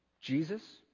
Jesus